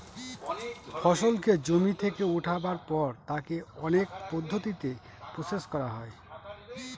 ফসলকে জমি থেকে উঠাবার পর তাকে অনেক পদ্ধতিতে প্রসেস করা হয়